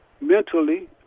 mentally